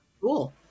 cool